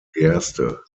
gerste